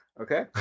Okay